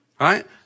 right